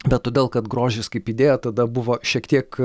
bet todėl kad grožis kaip idėja tada buvo šiek tiek